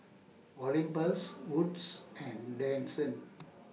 Olympus Wood's and Denizen